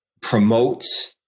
promotes